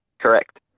Correct